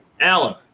Alan